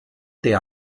der